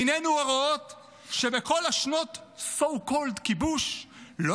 עינינו הרואות שבכל שנות ה-so called כיבוש לא